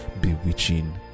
bewitching